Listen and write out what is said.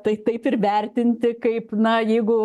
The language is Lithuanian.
tai taip ir vertinti kaip na jeigu